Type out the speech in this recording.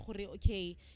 okay